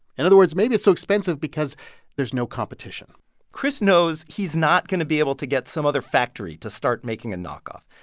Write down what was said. in other words, maybe it's so expensive because there's no competition chris knows he's not going to be able to get some other factory to start making a knockoff.